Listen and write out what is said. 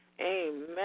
Amen